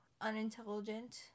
unintelligent